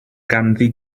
ganddi